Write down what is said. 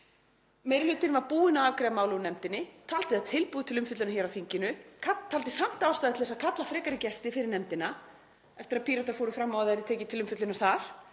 Meiri hlutinn var búinn að afgreiða málið úr nefndinni, taldi það tilbúið til umfjöllunar hér á þinginu en taldi samt ástæðu til þess að kalla á frekari gesti fyrir nefndina eftir að Píratar fóru fram á að það yrði tekið til umfjöllunar þar